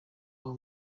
abo